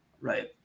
Right